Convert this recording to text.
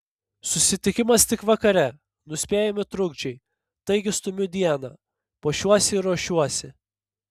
susitikimas tik vakare nuspėjami trukdžiai taigi stumiu dieną puošiuosi ir ruošiuosi